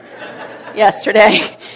yesterday